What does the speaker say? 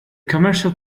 commercial